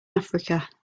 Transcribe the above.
africa